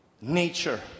nature